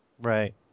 Right